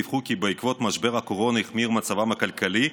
דיווחו כי בעקבות משבר הקורונה החמיר מצבם הכלכלי,